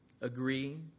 agree